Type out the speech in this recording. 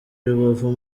rubavu